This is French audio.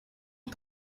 est